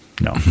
No